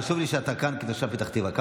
חשוב לי שאתה כאן, כתושב פתח תקווה.